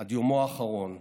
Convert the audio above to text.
עד יומו האחרון,